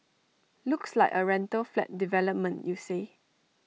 looks like A rental flat development you say